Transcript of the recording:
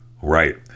right